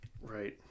Right